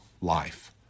life